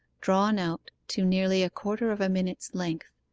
drawn out to nearly a quarter of a minute's length,